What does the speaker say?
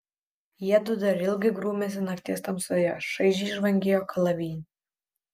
jiedu dar ilgai grūmėsi nakties tamsoje šaižiai žvangėjo kalavijai